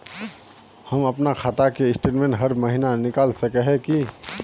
हम अपना खाता के स्टेटमेंट हर महीना निकल सके है की?